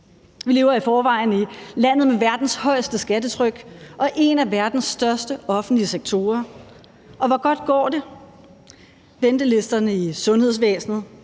Vi lever i forvejen i landet med verdens højeste skattetryk og en af verdens største offentlige sektorer. Og hvor godt går det? Ventelisterne i sundhedsvæsenet,